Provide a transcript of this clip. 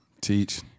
Teach